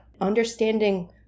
understanding